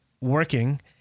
working